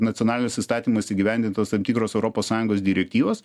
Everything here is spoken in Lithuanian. nacionaliniais įstatymais įgyvendintas tam tikros europos sąjungos direktyvos